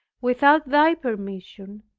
without thy permission,